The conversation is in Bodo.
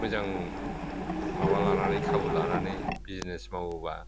मोजां माबा लानानै खाबु लानानै बिजिनेस मावोबा